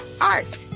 art